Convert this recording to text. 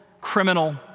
criminal